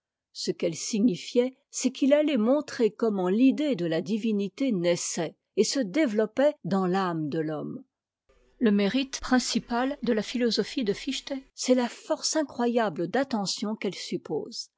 ce qu'elle signifiait c'est qu'il allait montrer comment l'idée de la divinité naissait et se développait dans t'âme de l'homme le mérite principal de la philosophie de fichte c'est la force incroyable d'attention qu'elle suppose